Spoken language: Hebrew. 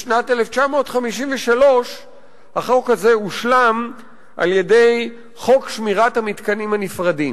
בשנת 1953 החוק הזה הושלם על-ידי חוק שמירת המתקנים הנפרדים,